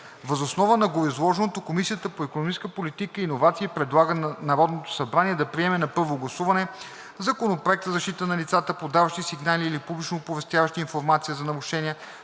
Въз основа на гореизложеното Комисията по икономическа политика и иновации предлага на Народното събрание да приеме на първо гласуване Законопроекта за защита на лицата, подаващи сигнали или публично оповестяващи информация за нарушения,